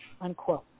unquote